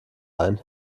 ein